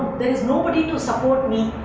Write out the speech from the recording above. there is nobody to support me'.